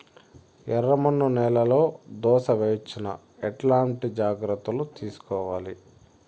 ఎర్రమన్ను నేలలో దోస వేయవచ్చునా? ఎట్లాంటి జాగ్రత్త లు తీసుకోవాలి?